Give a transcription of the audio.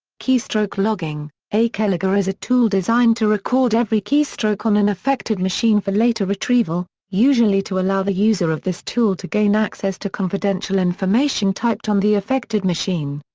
keystroke logging a keylogger is a tool designed to record every keystroke on an affected machine for later retrieval, usually to allow the user of this tool to gain access to confidential information typed on the affected machine.